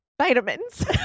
vitamins